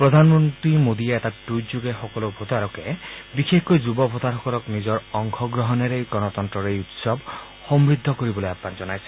প্ৰধানমন্ত্ৰী মোদীয়ে এটা টুইটযোগে সকলো ভোটাৰকে বিশেষকৈ যূৱ ভোটাৰসকলক নিজৰ অংশগ্ৰহণেৰে গণতন্তৰৰ এই উৎসৱ সমূদ্ধ কৰিবলৈ আহান জনাইছে